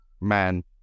man